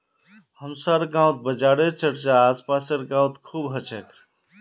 हमसार गांउत बाजारेर चर्चा आस पासेर गाउत खूब ह छेक